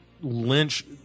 Lynch